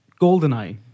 GoldenEye